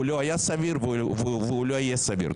הוא לא היה סביר והוא לא יהיה סביר.